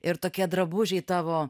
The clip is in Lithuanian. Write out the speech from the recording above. ir tokie drabužiai tavo